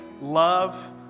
love